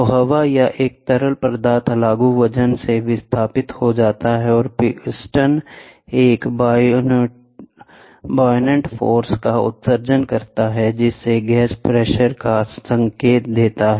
तो हवा या एक तरल पदार्थ लागू वजन से विस्थापित हो जाता है और पिस्टन एक बायोनेट फोर्स का उत्सर्जन करता है जिससे गैस प्रेशर का संकेत देती है